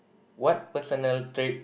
what personal trait